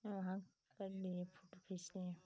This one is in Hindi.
वहाँ पर लिए फोटो खींच लिए